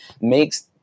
makes